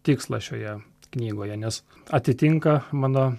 tikslą šioje knygoje nes atitinka mano